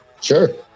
Sure